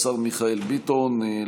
השר מיכאל ביטון,